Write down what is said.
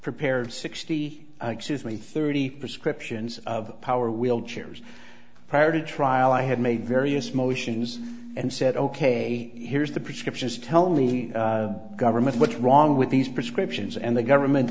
prepared sixty three thirty prescriptions of power wheelchairs prior to trial i had made various motions and said ok here's the prescriptions tell the government what's wrong with these prescriptions and the government